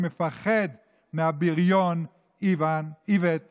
מפחד מהבריון איווט האיום?